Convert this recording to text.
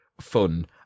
fun